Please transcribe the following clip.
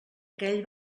aquell